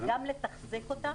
גם לתקצב אותם.